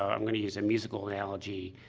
i'm going to use a musical analogy.